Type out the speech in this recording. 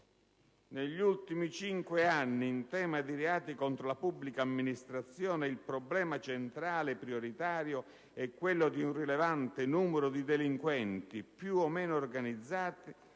«Negli ultimi cinque anni, in tema di reati contro la pubblica amministrazione il problema centrale, prioritario, è quello di un rilevante numero di delinquenti, più o meno organizzati,